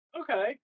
Okay